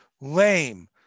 lame